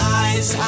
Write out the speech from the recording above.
eyes